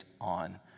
on